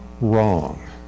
wrong